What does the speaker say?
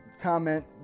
comment